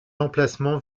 emplacement